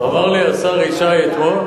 אמר לי השר ישי אתמול,